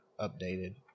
updated